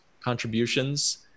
contributions